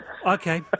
Okay